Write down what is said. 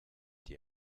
die